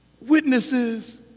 witnesses